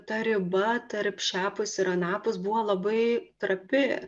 ta riba tarp šiapus ir anapus buvo labai trapi